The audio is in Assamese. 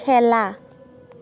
খেলা